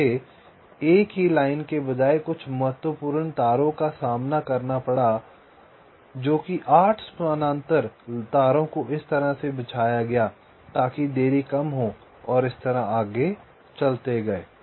मुझे एक ही लाइन के बजाय कुछ महत्वपूर्ण तारों का सामना करना पड़ा जो कि 8 समानांतर तारों को इस तरह से बिछाया गया तांकि देरी कम हो और इसी तरह आगे चलते गए